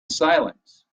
silence